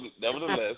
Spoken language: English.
nevertheless